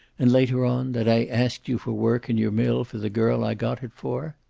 and later on, that i asked you for work in your mill for the girl i got it for?